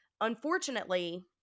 unfortunately